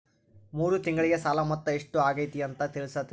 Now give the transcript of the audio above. ಮೂರು ತಿಂಗಳಗೆ ಸಾಲ ಮೊತ್ತ ಎಷ್ಟು ಆಗೈತಿ ಅಂತ ತಿಳಸತಿರಿ?